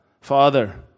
Father